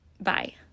Bye